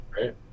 right